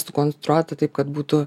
sukonstruota taip kad būtų